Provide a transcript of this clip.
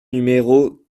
numéro